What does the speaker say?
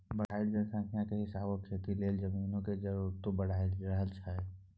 बढ़इत जनसंख्या के हिसाबे खेती लेल जमीन के जरूरतो बइढ़ रहल छइ